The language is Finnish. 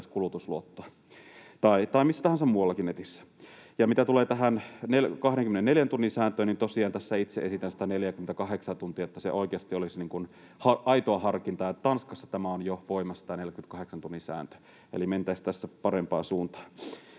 tai missä tahansa muuallakin netissä. Ja mitä tulee tähän 24 tunnin sääntöön, niin tosiaan tässä itse esitän sitä 48:aa tuntia, että se oikeasti olisi aitoa harkintaa. Tanskassa on jo voimassa tämä 48 tunnin sääntö. Eli mentäisiin tässä parempaan suuntaan.